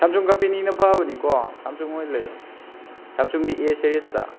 Samsung ꯀꯝꯄꯦꯅꯤꯅꯤꯅ ꯐꯕꯅꯤꯀꯣ Samsung ꯑꯣꯏ ꯂꯩꯌꯣ ꯁꯥꯝꯁꯨꯡꯒꯤ ꯑꯦ ꯁꯤꯔꯤꯖꯇ